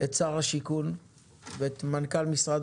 את שר הבינוי והשיכון ואת מנכ"ל משרד